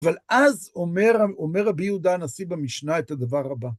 אבל אז אומר רבי יהודה הנשיא במשנה את הדבר הבא.